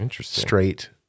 straight